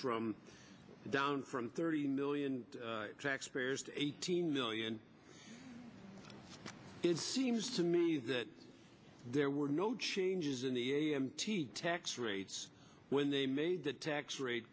from down from thirty million taxpayers to eighteen million it seems to me that there were no changes in the a m t tax rates when they made the tax rate